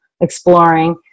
exploring